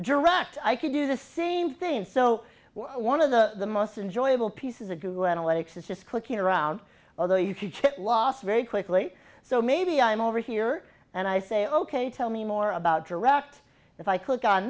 direct i could do the same thing so one of the most enjoyable pieces of google analytics is just clicking around although you can get lost very quickly so maybe i'm over here and i say ok tell me more about direct if i click on